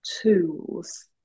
tools